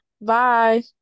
Bye